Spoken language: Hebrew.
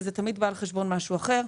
וזה תמיד בא על חשבון משהו אחר.